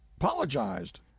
apologized